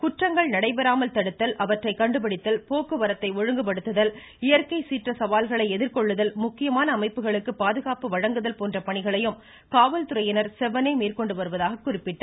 குற்றங்கள் நடைபெறாமல் தடுத்தல் அவற்றை கண்டுபிடித்தல் போக்குவரத்தை ஒழுங்குபடுத்துதல் இயற்கை சீற்ற சவால்களை எதிர்கொள்ளுதல் முக்கியமான அமைப்புகளுக்கு பாதுகாப்பு வழங்குதல் போன்ற பணிகளையும் காவல்துறையினர் செவ்வனே மேற்கொண்டு வருவதாக குறிப்பிட்டார்